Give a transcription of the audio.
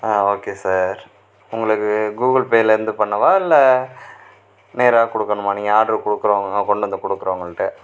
okay sir உங்களுக்கு கூகுள்பேயிலருந்து பண்ணவா இல்லை நேராக கொடுக்கணுமா நீங்கள் ஆர்டர் கொடுக்குறவங்க கொண்டு வந்து கொடுக்குறவங்கள்ட